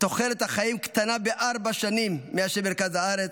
תוחלת החיים קטנה בארבע שנים מאשר במרכז הארץ,